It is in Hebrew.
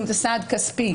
אם זה סעד כספי,